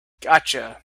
gotcha